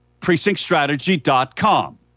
precinctstrategy.com